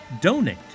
Donate